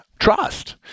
Trust